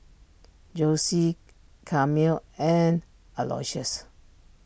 Jossie car meal and Aloysius